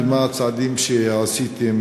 2. מה הם הצעדים שעשיתם